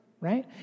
right